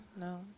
no